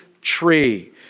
tree